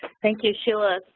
thank you, sheila.